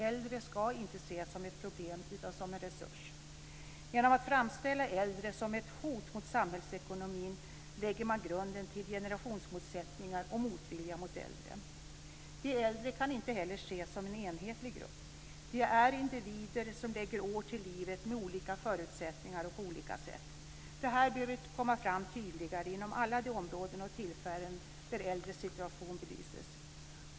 Äldre ska inte ses som ett problem utan som en resurs. Genom att framställa äldre som ett hot mot samhällsekonomin lägger man grunden till generationsmotsättningar och motvilja mot äldre. De äldre kan inte heller ses som en enhetlig grupp. De är individer som lägger år till livet med olika förutsättningar och på olika sätt. Det här behöver komma fram tydligare inom alla områden och vid alla tillfällen då äldres situation belyses.